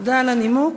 תודה על הנימוק.